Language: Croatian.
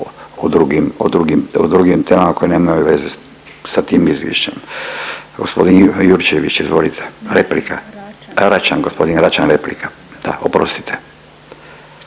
drugim temama koje nemaju veze sa tim izvješćem. Gospodin Jurčević, izvolite replika, a Račan, gospodin Račan replika, da oprostite.